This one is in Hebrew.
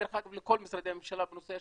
דרך אגב לכל משרדי הממשלה בנושא,